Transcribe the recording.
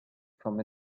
from